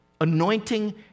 anointing